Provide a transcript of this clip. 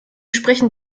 sprechen